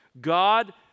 God